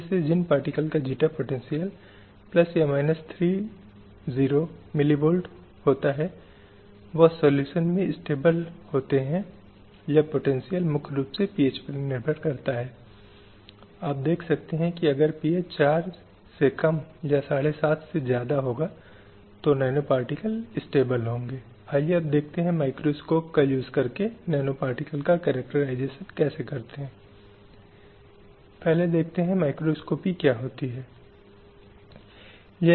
1963 से 75 की अवधि के दौरान विभिन्न सरकारें विभिन्न प्रकार से राज्य संयुक्त राष्ट्र के इस आह्वान का जवाब देने का प्रयास करते हैं और इस प्रक्रिया में वे कानून नीतियों और कार्यक्रमों की रूपरेखा बनाने का प्रयास करते हैं जो इन मानवाधिकारों या महिलाओं के विरोध को सुनिश्चित करने का प्रयास करते हैं और महिलाओं के खिलाफ भेदभाव को खत्म करने पर अलग अलग घोषणाएँ की गई थीं फिर था 1975 में घोषित अंतर्राष्ट्रीय महिला वर्ष आदि